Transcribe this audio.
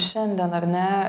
šiandien ar ne